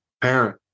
parent